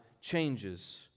changes